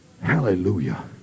Hallelujah